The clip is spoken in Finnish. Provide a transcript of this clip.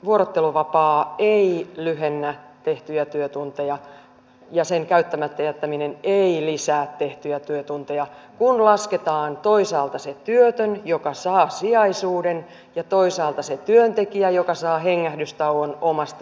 vuorotteluvapaa ei lyhennä tehtyjä työtunteja ja sen käyttämättä jättäminen ei lisää tehtyjä työtunteja kun lasketaan toisaalta se työtön joka saa sijaisuuden ja toisaalta se työntekijä joka saa hengähdystauon omasta työstään